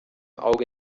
auge